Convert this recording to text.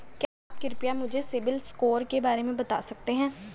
क्या आप कृपया मुझे सिबिल स्कोर के बारे में बता सकते हैं?